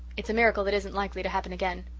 it's a miracle that isn't likely to happen again.